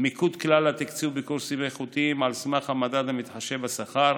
מיקוד כלל התקצוב בקורסים איכותיים על סמך המדד המתחשב בשכר,